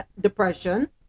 depression